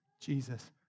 Jesus